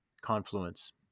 confluence